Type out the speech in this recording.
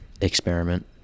experiment